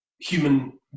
human